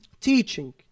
Teaching